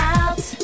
out